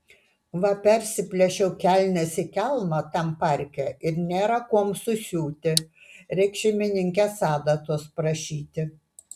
va persiplėšiau kelnes į kelmą tam parke ir nėra kuom susiūti reiks šeimininkės adatos prašyti